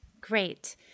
Great